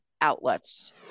outlets